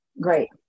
Great